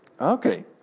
Okay